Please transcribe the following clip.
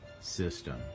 system